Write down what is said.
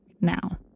now